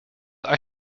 are